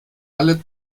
alle